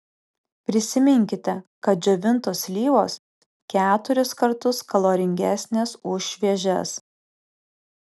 prisiminkite kad džiovintos slyvos keturis kartus kaloringesnės už šviežias